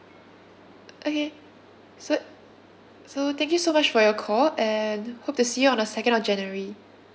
okay so so thank you so much for your call and hope to see you on the second of january